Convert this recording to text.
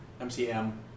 MCM